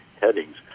headings